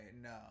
no